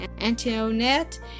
Antoinette